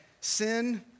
sin